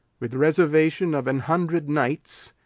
with reservation of an hundred knights,